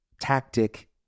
tactic